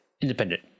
Independent